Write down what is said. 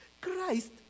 Christ